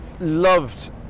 loved